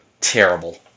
Terrible